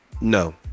No